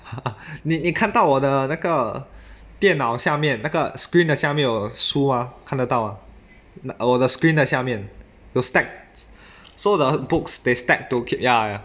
你你看到我的那个电脑下面那个 screen 的下面有书啊看得到啊我的 screen 的下面有 stacked so the books they stack to keep ya ya